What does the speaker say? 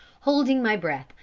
holding my breath,